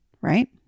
right